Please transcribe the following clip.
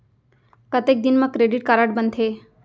कतेक दिन मा क्रेडिट कारड बनते?